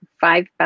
five